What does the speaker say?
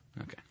Okay